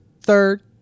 third